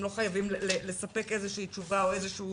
הם לא חייבים לספק איזושהי תשובה או איזשהו